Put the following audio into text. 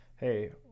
hey